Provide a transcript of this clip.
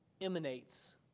emanates